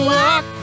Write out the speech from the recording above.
walk